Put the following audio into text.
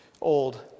old